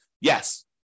Yes